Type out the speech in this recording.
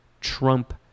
Trump